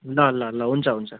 ल ल ल हुन्छ हुन्छ